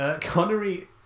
Connery